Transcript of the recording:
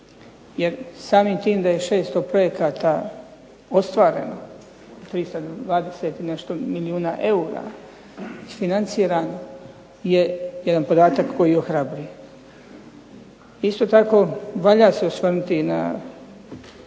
jer samim tim da je 600 projekata ostvareno sa 20 i nešto milijuna eura isfinanciran je jedan podatak koji ohrabruje. Isto tako valja se osvrnuti i